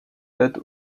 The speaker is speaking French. date